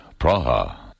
Praha